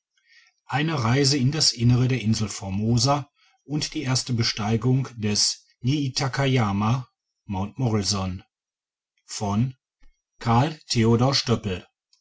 eine reise in das innere der insel formosa und die erste besteigung des